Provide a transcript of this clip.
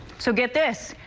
so get this,